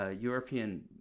European